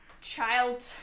child